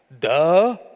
duh